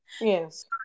yes